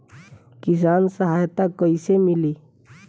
किसान सहायता कईसे मिली?